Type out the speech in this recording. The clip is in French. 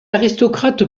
aristocrate